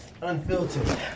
Unfiltered